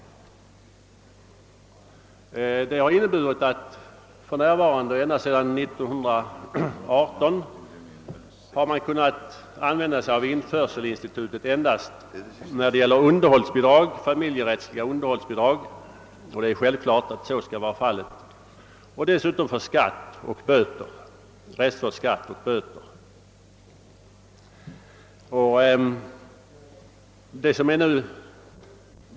Detta har inneburit, att införselinstitutet ända sedan 1918 kunnat tillämpas endast för betalning av familjerättsliga underhållsbidrag — det är självklart att så skall vara fallet — och av skatter och böter.